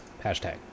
Hashtag